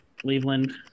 Cleveland